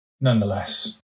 nonetheless